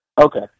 Okay